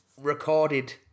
recorded